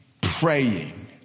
praying